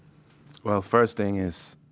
well first thing is